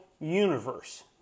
universe